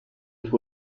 who